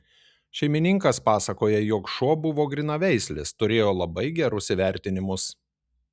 šeimininkas pasakoja jog šuo buvo grynaveislis turėjo labai gerus įvertinimus